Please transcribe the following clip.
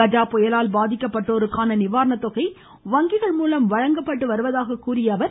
கஜா புயலால் பாதிக்கப்பட்டோருக்கான நிவாரண தொகை வங்கிகள்மூலம் வழங்கப்பட்டு வருவதாகவும் கூறினார்